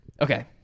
Okay